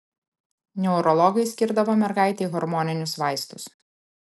neurologai skirdavo mergaitei hormoninius vaistus